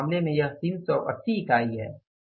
और इस मामले में यह 380 इकाई है